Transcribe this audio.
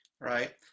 Right